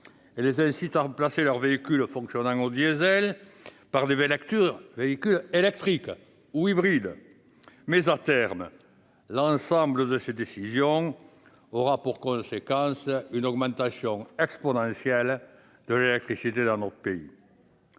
et les incite à remplacer leurs véhicules fonctionnant au diesel par des véhicules électriques ou hybrides ; mais, à terme, l'ensemble de ces décisions aura pour conséquence une augmentation exponentielle de la consommation électrique dans notre pays.